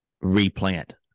replant